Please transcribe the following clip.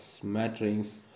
smatterings